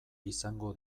izango